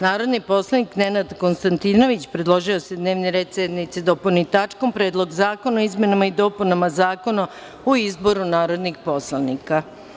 Narodni poslanik Nenad Konstantinović predložio je da se dnevni red sednice dopuni tačkom – Predlog zakona o izmenama i dopunama Zakona o izboru narodnih poslanika.